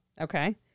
Okay